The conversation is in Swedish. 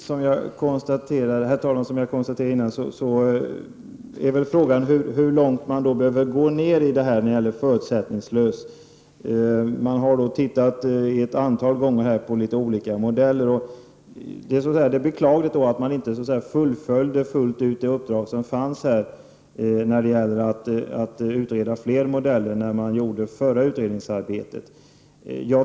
Herr talman! Som jag tidigare konstaterade är väl frågan hur långt man behöver gå när det gäller det förutsättningslösa. Man har flera gånger tittat på några olika modeller. Det är beklagligt att man inte fullt ut fullföljde det uppdrag som fanns att utreda flera modeller när man gjorde det förra utredningsarbetet.